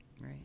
right